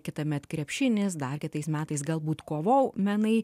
kitąmet krepšinis dar kitais metais galbūt kovo menai